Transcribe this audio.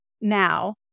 Now